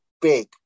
big